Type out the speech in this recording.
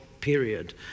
period